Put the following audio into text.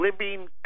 living